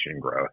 growth